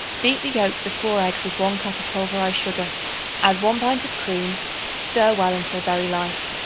beat the yolks of four eggs with one cup of pulverized sugar add one pint of cream stir well until very light.